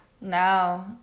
No